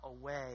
away